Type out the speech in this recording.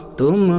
tum